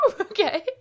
Okay